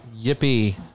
yippee